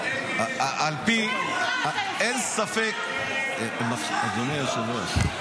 --- על פי, אין ספק, אדוני היושב-ראש.